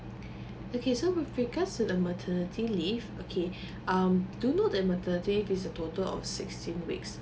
okay so with regards to the maternity leave okay um do you know the maternity is a total of sixteen week